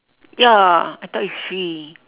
ya I thought it's free